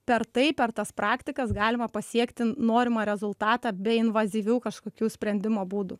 per tai per tas praktikas galima pasiekti norimą rezultatą be invazyvių kažkokių sprendimo būdų